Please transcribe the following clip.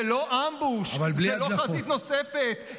זה לא אמבוש, זה לא חזית נוספת.